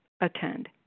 attend